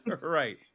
Right